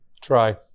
Try